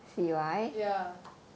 ya